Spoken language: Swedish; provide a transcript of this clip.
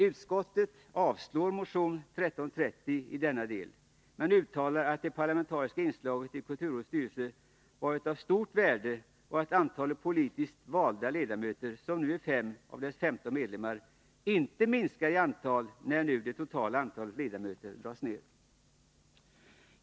Utskottet avstyrker motion 1330 i denna del, men uttalar att det parlamentariska inslaget i kulturrådets styrelse varit av stort värde och att antalet politiskt valda ledamöter, som nu är 5 av dess 15 medlemmar, inte minskar i antal när nu det totala antalet ledamöter dras ner.